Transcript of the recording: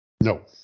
No